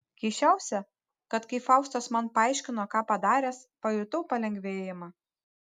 keisčiausia kad kai faustas man paaiškino ką padaręs pajutau palengvėjimą